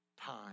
time